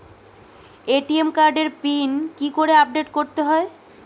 ATM কার্ডের pin কি করে আপডেট করতে হয়?